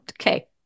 Okay